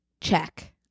Check